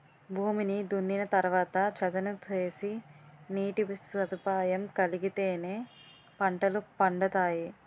భూమిని దున్నిన తరవాత చదును సేసి నీటి సదుపాయం కలిగిత్తేనే పంటలు పండతాయి